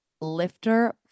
Lifter